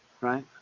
right